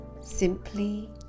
Simply